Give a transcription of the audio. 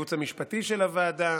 לייעוץ המשפטי של הוועדה,